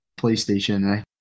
PlayStation